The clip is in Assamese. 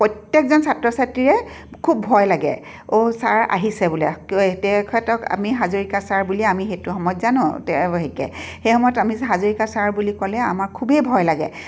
প্ৰত্যেকজন ছাত্ৰ ছাত্ৰীৰে খুব ভয় লাগে অ' ছাৰ আহিছে বোলে তেখেতক আমি হাজৰিকা ছাৰ বুলি আমি সেইটো সময়ত জানোঁ সেই সময়ত আমি হাজৰিকা ছাৰ বুলি ক'লে আমাৰ খুবেই ভয় লাগে